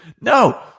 No